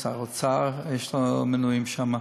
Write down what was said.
לשר האוצר יש מינויים שם.